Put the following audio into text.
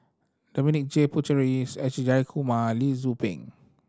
Dominic J Puthucheary S Jayakumar Lee Tzu Pheng